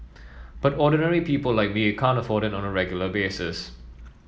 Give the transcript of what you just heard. but ordinary people like me can't afford it on a regular basis